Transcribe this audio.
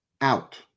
out